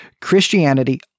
Christianity